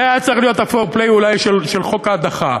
זה היה צריך להיות אולי ה-foreplay של חוק ההדחה.